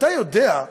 אתה יודע,